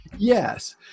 Yes